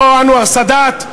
לא אנואר סאדאת,